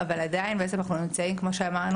כואבת,